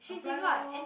apply lor